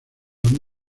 han